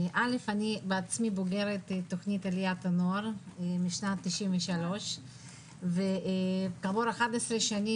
אני בעצמי בוגרת תכנית עליית הנוער משנת 93 וכעבור 11 שנים,